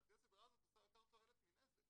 לדעתי הסדרה הזאת עושה יותר תועלת מנזק.